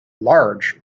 large